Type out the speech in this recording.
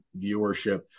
viewership